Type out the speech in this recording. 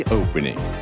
opening